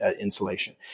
insulation